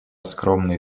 скромный